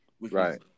Right